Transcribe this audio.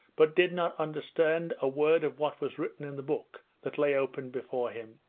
but did not understand a word of what was written in the book that lay open before him.